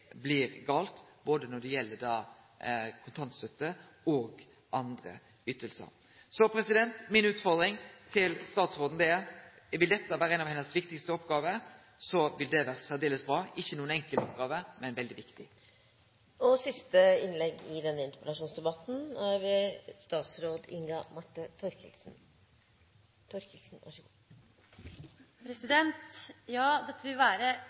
blir feil, både når det gjeld kontantstøtte og andre ytingar. Mi utfordring til statsråden er: Vil dette vere ei av hennar viktigaste oppgåver, vil det vere særdeles bra. Det er ikkje noka enkel oppgåve, men veldig viktig. Ja, dette vil være en av mine klart viktigste oppgaver. Jeg ser det også i